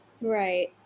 Right